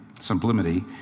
sublimity